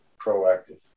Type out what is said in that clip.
proactive